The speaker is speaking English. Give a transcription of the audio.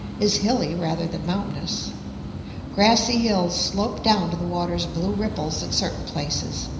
is hilly rather than mountainous grassy hills slope down to the water's blue ripples at certain places,